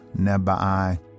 Nebai